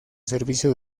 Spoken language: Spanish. servicio